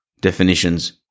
definitions